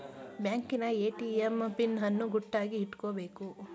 ಬ್ಯಾಂಕಿನ ATM pin ಅನ್ನು ಗುಟ್ಟಾಗಿ ಇಟ್ಕೊಬೇಕು